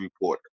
reporter